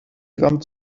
gramm